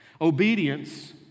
Obedience